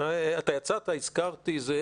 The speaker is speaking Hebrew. אתה יצאת והזכרתי את זה,